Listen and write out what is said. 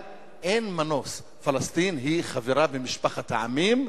אבל אין מנוס: פלסטין היא חברה במשפחת העמים,